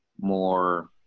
more